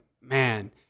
man